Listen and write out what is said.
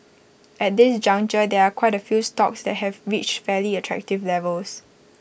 at this juncture there are quite A few stocks that have reached fairly attractive levels